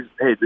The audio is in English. hey